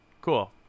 cool